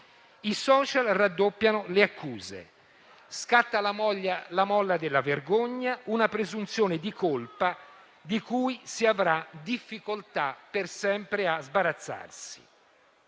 I *social* raddoppiano le accuse, scatta la molla della vergogna, una presunzione di colpa di cui si avrà difficoltà per sempre a sbarazzarsi.